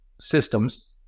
systems